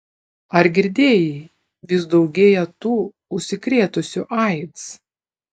ar girdėjai vis daugėja tų užsikrėtusių aids